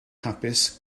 hapus